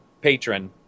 patron